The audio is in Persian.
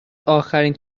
اخرین